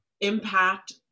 impact